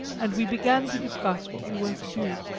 and we began to discuss what we were to do.